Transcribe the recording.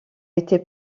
été